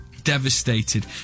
Devastated